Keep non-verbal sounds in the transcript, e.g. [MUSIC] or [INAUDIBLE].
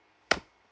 [NOISE]